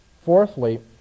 Fourthly